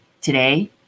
Today